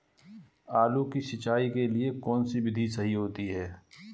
आलू की सिंचाई के लिए कौन सी विधि सही होती है?